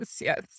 yes